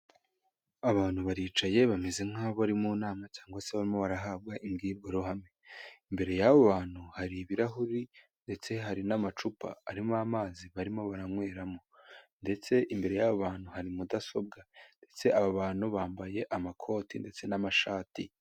Abantu baricaye bameze nk'aho bari mu nama cyangwa se barimo barahabwa imbwirwaruhame. Imbere yabo bantu, hari ibirahuri ndetse hari n'amacupa arimo amazi barimo baranyweramo; ndetse imbere y'abantu hari mudasobwa ndetse aba bantu bambaye amakoti ndetse n'amashati.